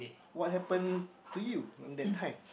what happen to you at that time